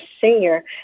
senior